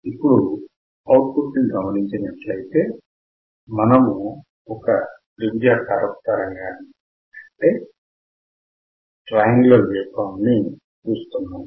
ఇప్పుడు output ని గమనించినట్లయితే మనము ఒక త్రిభుజాకారపు తరంగాన్ని చూస్తున్నాము